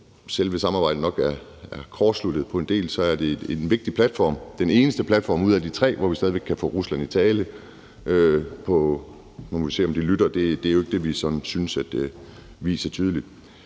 selve samarbejdet nok er kortsluttet på en del af området, er det en vigtig platform, den eneste platform ud af de tre, hvor vi stadig væk kan få Rusland i tale. Nu må vi se, om de lytter, og det er jo ikke det, vi sådan synes de viser tydeligt.